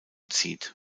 zieht